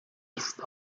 ist